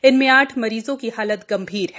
इनमें आठ मरीजों की हालत गंभीर है